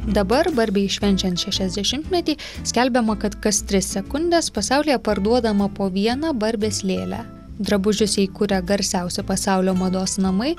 dabar barbei švenčiant šešiasdešimtmetį skelbiama kad kas tris sekundes pasaulyje parduodama po vieną barbės lėlę drabužius jai kuria garsiausi pasaulio mados namai